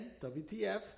WTF